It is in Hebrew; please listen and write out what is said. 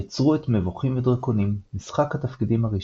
יצרו את "מבוכים ודרקונים", משחק התפקידים הראשון.